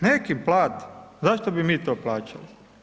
Nek im plate, zašto bi mi to plaćali.